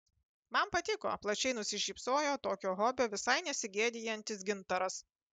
man patiko plačiai nusišypsojo tokio hobio visai nesigėdijantis gintaras